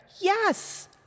Yes